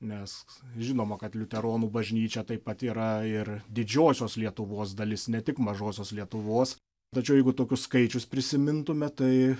nes žinoma kad liuteronų bažnyčia taip pat yra ir didžiosios lietuvos dalis ne tik mažosios lietuvos tačiau jeigu tokius skaičius prisimintume tai